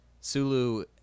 Sulu